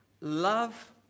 love